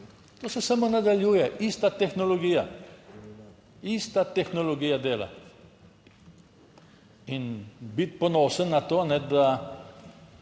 To se samo nadaljuje, ista tehnologija, ista tehnologija dela in biti ponosen na to, da